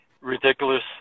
ridiculous